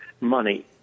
money